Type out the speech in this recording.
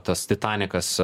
tas titanikas